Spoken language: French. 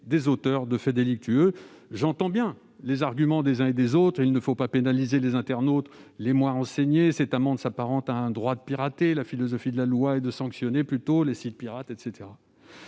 des auteurs de faits délictueux. J'entends les arguments qui ont été avancés : il ne faut pas pénaliser les internautes les moins renseignés ; cette amende s'apparente à un droit de pirater ; la philosophie de la loi est de sanctionner plutôt les sites pirates, etc.